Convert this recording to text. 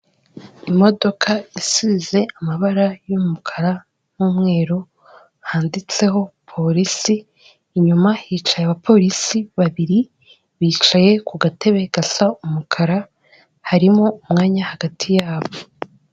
Imodoka isize amabara y'umukara n'umweru handitseho polisi, inyuma hicaye abapolisi babiri bicaye ku gatebe gasa umukara harimo umwanya hagati yabo.